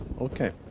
Okay